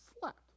slept